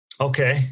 Okay